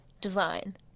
design